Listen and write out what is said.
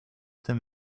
them